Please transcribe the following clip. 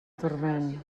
turment